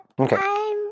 Okay